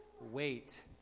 wait